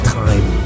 time